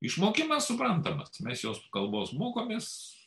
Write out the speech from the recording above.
išmokimas suprantamas mes jos kalbos mokomės